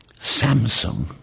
Samsung